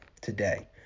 Today